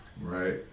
Right